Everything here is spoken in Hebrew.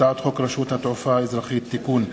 הצעת חוק רשות התעופה האזרחית (תיקון),